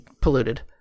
polluted